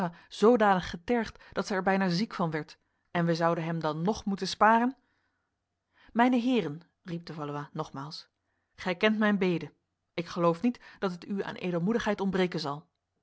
zodanig getergd dat zij er bijna ziek van werd en wij zouden hem dan nog moeten sparen mijne heren riep de valois nogmaals gij kent mijn bede ik geloof niet dat het u aan edelmoedigheid ontbreken zal